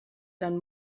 dann